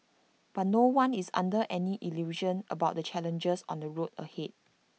but no one is under any illusion about the challenges on the road ahead